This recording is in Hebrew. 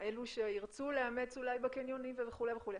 כאלו שירצו לאמץ אולי בקניונים וכו' וכו',